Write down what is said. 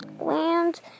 land